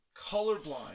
colorblind